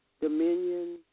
dominion